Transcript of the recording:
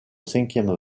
cinquième